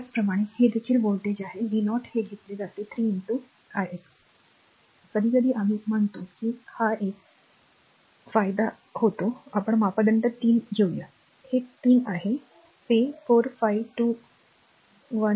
त्याचप्रमाणे हे देखील व्होल्टेज आहे v 0 हे घेतले जाते 3 i x कधीकधी आम्ही म्हणतो की हा एक फायदा मापदंड 3 आहे ते 3 आहे ते 4 5 2 1